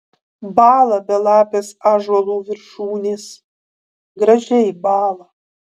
bąla belapės ąžuolų viršūnės gražiai bąla